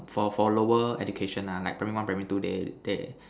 for for lower education ah like primary one primary two they they